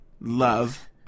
Love